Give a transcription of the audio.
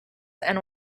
and